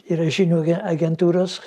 yra žinių gi agentūros